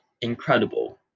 incredible